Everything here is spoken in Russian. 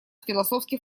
философских